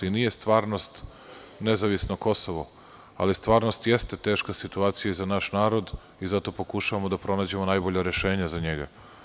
Nije stvarnost nezavisno Kosovo, ali stvarnost jeste teška situacija i za naš narod i zato pokušavamo da pronađemo najbolja rešenja za njega.